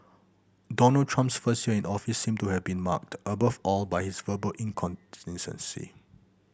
Donald Trump's first year in the office seem to have been marked above all by his verbal incontinence